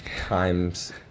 times